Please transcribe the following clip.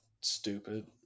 Stupid